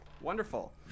Wonderful